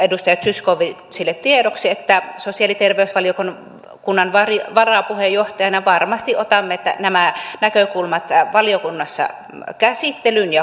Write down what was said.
edustaja zyskowiczille tiedoksi sosiaali ja terveysvaliokunnan varapuheenjohtajana että varmasti otamme nämä näkökulmat valiokunnassa käsittelyyn ja huomioon